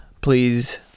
please